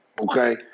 Okay